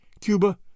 Cuba